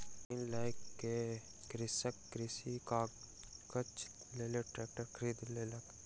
ऋण लय के कृषक कृषि काजक लेल ट्रेक्टर खरीद लेलक